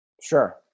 Sure